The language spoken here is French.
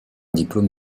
diplôme